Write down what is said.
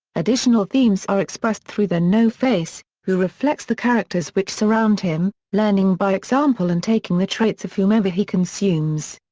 additional themes are expressed through the no-face, who reflects the characters which surround him, learning by example and taking the traits of whomever he consumes.